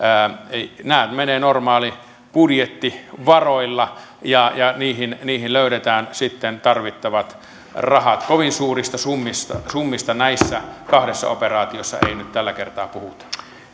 nämä menevät normaaleilla budjettivaroilla ja ja niihin niihin löydetään sitten tarvittavat rahat kovin suurista summista summista näissä kahdessa operaatiossa ei nyt tällä kertaa puhuta